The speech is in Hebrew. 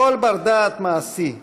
לכל בר-דעת מעשי,